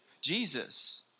Jesus